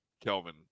Kelvin